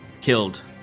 killed